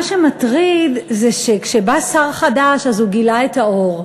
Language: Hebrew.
מה שמטריד זה שכשבא שר חדש אז הוא גילה את האור.